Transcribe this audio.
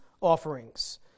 offerings